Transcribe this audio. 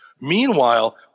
Meanwhile